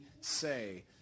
say